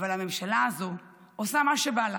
אבל הממשלה הזו עושה מה שבא לה.